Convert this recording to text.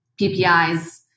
PPIs